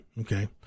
okay